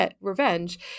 revenge